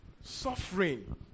suffering